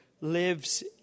lives